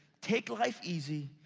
take life easy,